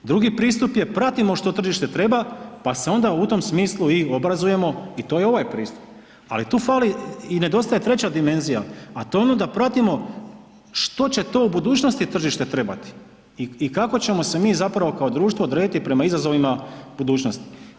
Drugi pristup je pratimo što tržište treba pa se onda u tom smislu i obrazujemo i to je ovaj pristup, ali tu fali i nedostaje treća dimenzija, a to je ono da pratimo što će to u budućnosti tržište trebati i kako ćemo se mi zapravo kao društvo odrediti prema izazovima budućnosti.